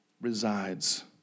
resides